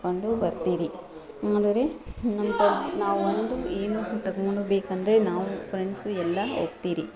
ತಗೊಂಡು ಬರ್ತೀರಿ ಅಂಂದರೆ ನಮ್ಮ ಪುಲ್ಸ್ ನಾವು ಒಂದು ಏನು ತಗೊಂಡು ಬೇಕಾದರೆ ಫ್ರೆಂಡ್ಸ್ ಎಲ್ಲ ಹೋಗ್ತೀರಿ